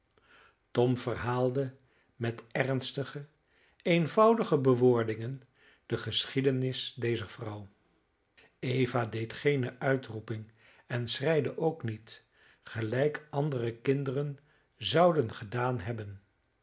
tom verhaalde met ernstige eenvoudige bewoordingen de geschiedenis dezer vrouw eva deed geene uitroeping en schreide ook niet gelijk andere kinderen zouden gedaan hebben